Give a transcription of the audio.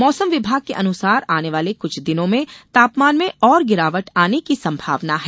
मौसम विभाग के अनुसार आने वाले कुछ दिनों में तापमान में और गिरावट आने की संभावना है